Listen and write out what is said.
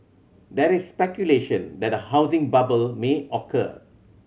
there is speculation that a housing bubble may occur